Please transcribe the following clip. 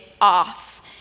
off